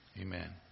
Amen